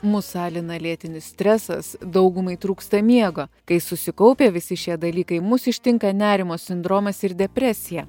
mus alina lėtinis stresas daugumai trūksta miego kai susikaupia visi šie dalykai mus ištinka nerimo sindromas ir depresija